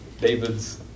David's